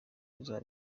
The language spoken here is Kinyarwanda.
bizaba